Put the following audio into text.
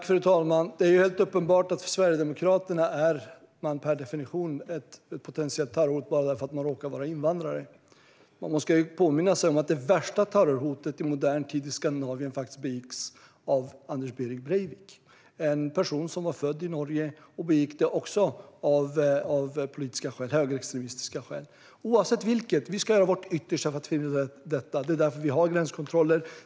Fru talman! Det är helt uppenbart att enligt Sverigedemokraterna är man per definition ett potentiellt terrorhot bara för att man råkar vara invandrare. Man ska påminna sig om att det värsta terrordådet i modern tid i Skandinavien faktiskt begicks av Anders Behring Breivik - en person som var född i Norge och som begick det dådet av politiska, högerextremistiska, skäl. Oavsett vilket ska vi göra vårt yttersta för att förhindra att detta sker. Det är därför vi har gränskontroller.